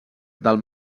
del